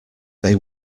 they